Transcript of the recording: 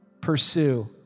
pursue